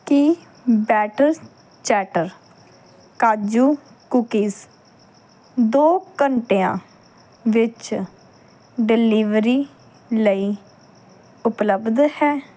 ਕੀ Batter Chatter ਕਾਜੂ cookies ਦੋ ਘੰਟਿਆਂ ਵਿੱਚ ਡਿਲੀਵਰੀ ਲਈ ਉਪਲੱਬਧ ਹੈ